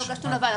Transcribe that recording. לא הגשנו לוועדה.